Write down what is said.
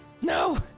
No